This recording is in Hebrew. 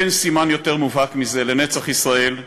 אין סימן יותר מובהק מזה לנצח ישראל.